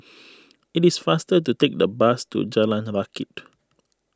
it is faster to take the bus to Jalan Rakit